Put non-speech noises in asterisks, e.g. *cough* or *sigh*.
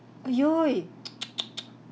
!aiyo! *noise* *noise* *noise* *noise*